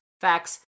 facts